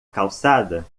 calçada